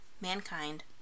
Mankind